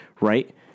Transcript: Right